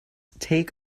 take